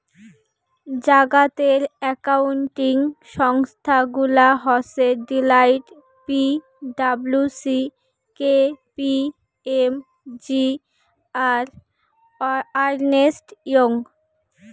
জাগাতের একাউন্টিং সংস্থা গুলা হসে Deloitte, P W C, K P M G, আর আর্নেস্ট ইয়ং